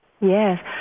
Yes